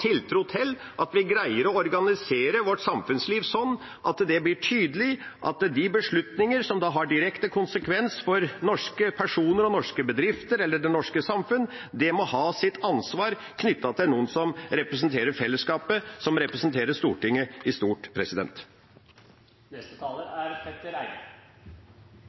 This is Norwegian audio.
tiltro til at vi greier å organisere vårt samfunnsliv slik at det blir tydelig at de beslutningene som har direkte konsekvens for norske personer, norske bedrifter eller det norske samfunnet, må ha sitt ansvar knyttet til noen som representerer fellesskapet, og som representerer Stortinget i stort.